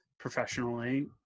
Professionally